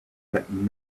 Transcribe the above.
that